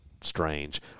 strange